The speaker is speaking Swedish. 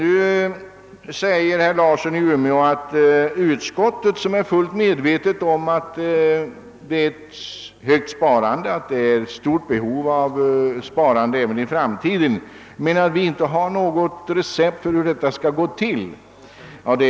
Herr Larsson i Umeå gör gällande att utskottsmajoriteten, som är fullt medveten om att sparandet är högt och att ett stort behov av sparande kommer att föreligga även i framtiden, inte har något recept för hur detta sparande skall kunna skapas.